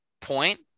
point